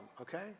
okay